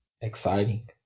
Exciting